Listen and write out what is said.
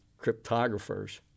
cryptographers